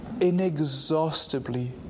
inexhaustibly